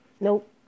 Nope